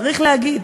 צריך להגיד.